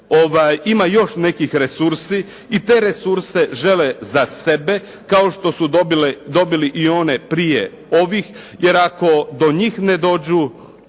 ima još nekih resursi i te resurse žele za sebe kao što su dobili i one prije ovih, jer ako do njih ne dođu